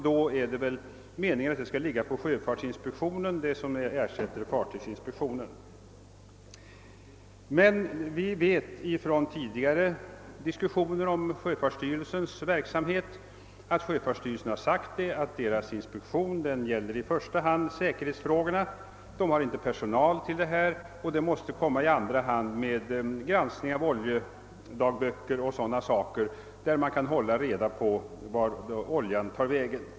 Det är väl meningen att den uppgiften skall åvila sjöfartsinspektionen, som ersätter fartygsinspektionen. Vid tidigare diskussioner har emellertid sjöfartsstyrelsen sagt, att dess inspektion i första hand gäller säkerhetsfrågor och att man inte har personal till granskning av oljedagböcker och liknande, så att man kan hålla reda på vart oljan tar vägen.